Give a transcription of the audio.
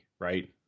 Right